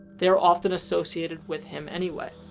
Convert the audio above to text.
they are often associated with him anyway.